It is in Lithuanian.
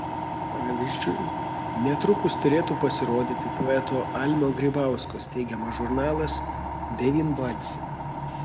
pavyzdžiui netrukus turėtų pasirodyti poeto almio grybausko steigiamas žurnalas devynbalsė